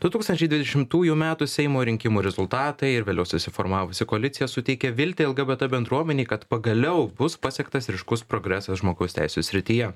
du tūkstančiai dvidešimtųjų metų seimo rinkimų rezultatai ir vėliau susiformavusi koalicija suteikia viltį lgbt bendruomenei kad pagaliau bus pasiektas ryškus progresas žmogaus teisių srityje